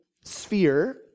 sphere